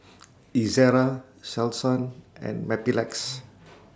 Ezerra Selsun and Mepilex